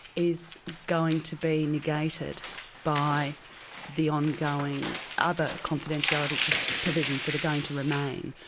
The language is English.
is going to be negated by the ongoing other confidentiality provisions that are going to remain.